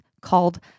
called